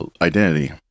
identity